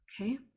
Okay